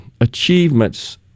achievements